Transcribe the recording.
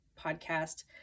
podcast